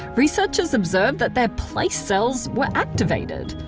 researchers observed that their place cells were activated.